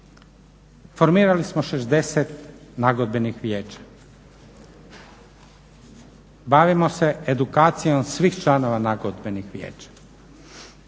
Formirali smo 60 nagodbenih vijeća. Bavimo se edukacijom svih članova nagodbenog vijeća.